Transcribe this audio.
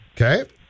okay